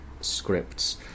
scripts